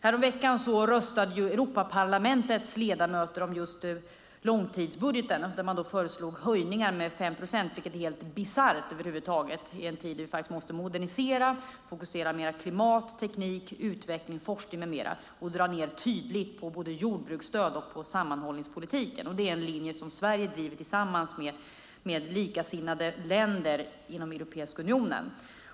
Häromveckan röstade Europaparlamentets ledamöter om just långtidsbudgeten, där man föreslog höjningar med 5 procent. Det är helt bisarrt i en tid då vi måste modernisera och fokusera mer på klimat, teknik, utveckling, forskning med mera och tydligt dra ned på både jordbruksstöd och sammanhållningspolitiken. Det är en linje Sverige driver tillsammans med likasinnade länder inom Europeiska unionen.